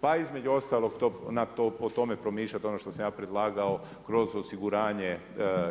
Pa između ostalog o tome promišljati ono što sam ja predlagao kroz osiguranje